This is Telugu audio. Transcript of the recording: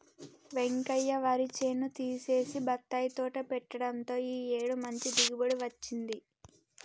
వెంకయ్య వరి చేను తీసేసి బత్తాయి తోట పెట్టడంతో ఈ ఏడు మంచి దిగుబడి వచ్చింది